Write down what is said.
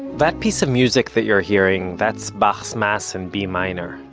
but piece of music that you're hearing, that's bach's mass in b minor.